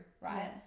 right